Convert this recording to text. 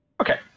Okay